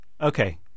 Okay